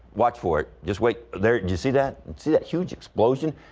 watch fort just wait there you see that to that huge explosion.